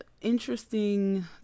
interesting